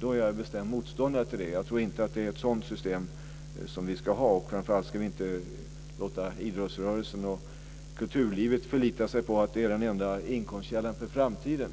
då är jag bestämt motståndare till det. Jag tror inte att det är ett sådant system som vi ska ha. Framför allt ska vi inte låta idrottsrörelsen och kulturlivet förlita sig på att det är den enda inkomstkällan för framtiden.